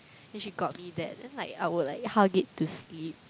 then she got me that then like I would like hug it to sleep